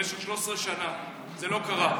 במשך 13 שנה זה לא קרה,